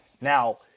now